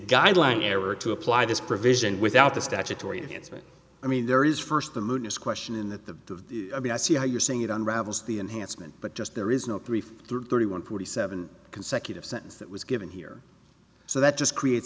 guideline error to apply this provision without the statutory advancement i mean there is first the moon is question in that the i mean i see how you're saying it unravels the enhancement but just there is no brief thirty one forty seven consecutive sentence that was given here so that just create